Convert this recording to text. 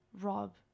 Rob